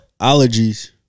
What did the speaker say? Allergies